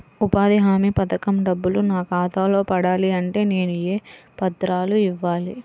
ఉపాధి హామీ పథకం డబ్బులు నా ఖాతాలో పడాలి అంటే నేను ఏ పత్రాలు ఇవ్వాలి?